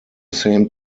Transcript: same